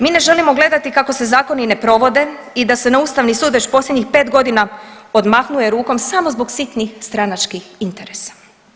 Mi ne želimo gledati kako se zakoni ne provode i da se na ustavni sud već posljednjih 5.g. odmahuje rukom samo zbog sitnih stranačkih interesa.